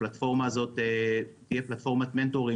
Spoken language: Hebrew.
הפלטפורמה הזאת תהיה פלטפורמת מנטורים